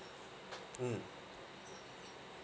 mm